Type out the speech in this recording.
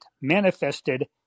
manifested